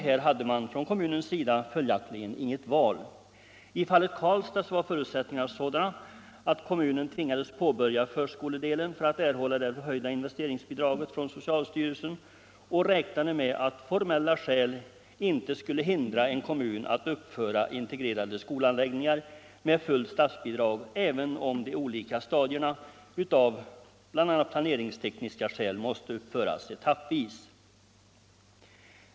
Här hade man från kommunens sida följaktligen inget val. I fallet Karlstad var förutsättningarna att kommunen tvingades påbörja förskoledelen för att erhålla det förhöjda investeringsbidraget från socialstyrelsen, och kommunen räknade med att formella skäl inte skulle hindra den att uppföra integrerade skolanläggningar med fullt statsbidrag även om de olika stadierna, bl.a. av planeringstekniska skäl, måste uppföras etappvis.